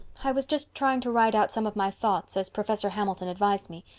i was just trying to write out some of my thoughts, as professor hamilton advised me,